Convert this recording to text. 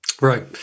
Right